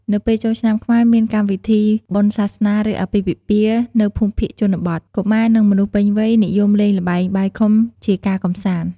នៅពេលចូលឆ្នាំខ្មែរមានកម្មវិធីបុណ្យសាសនា ឬអាពាហ៍ពិពាហ៍ នៅភូមិភាគជនបទ កុមារនិងមនុស្សពេញវ័យនិយមលេងល្បែងបាយខុំជាការកម្សាន្ត។